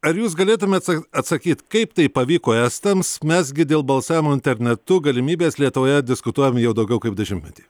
ar jūs galėtumėt atsakyt kaip tai pavyko estams mes gi dėl balsavimo internetu galimybės lietuvoje diskutuojam jau daugiau kaip dešimtmetį